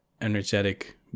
energetic